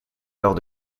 alors